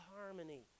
harmony